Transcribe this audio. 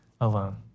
alone